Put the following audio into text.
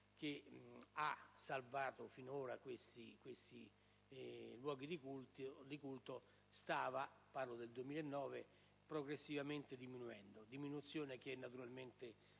che ha salvato finora quei luoghi di culto, stava (parlo del 2009) progressivamente diminuendo; diminuzione che, naturalmente,